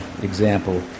example